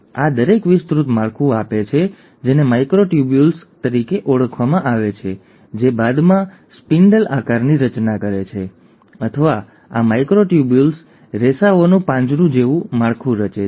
તેથી આ દરેક વિસ્તૃત માળખું આપે છે જેને માઇક્રોટ્યુબ્યુલ્સ તરીકે ઓળખવામાં આવે છે જે બાદમાં સ્પિન્ડલ આકારની રચના કરે છે અથવા આ માઇક્રોટ્યુબ્યુલ રેસાઓનું પાંજરું જેવું માળખું રચે છે